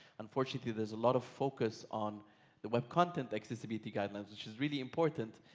unfortunately, there is a lot of focus on the web content accessibility guidelines, which is really important,